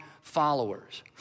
followers